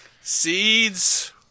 Seeds